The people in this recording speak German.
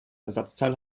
ersatzteil